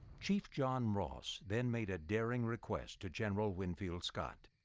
chief john ross then made a daring request to general winfield scott.